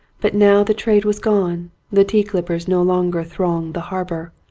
but now the trade was gone, the tea clippers no longer thronged the harbour,